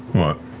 what?